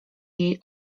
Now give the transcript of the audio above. jej